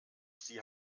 sie